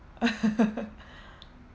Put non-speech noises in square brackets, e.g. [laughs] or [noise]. [laughs]